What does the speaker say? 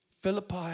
Philippi